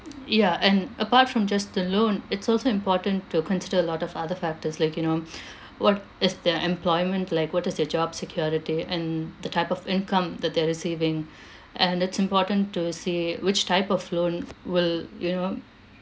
ya and apart from just the loan it's also important to consider a lot of other factors like you know what is their employment like what is their job security and the type of income that they're receiving and it's important to see which type of loan will you know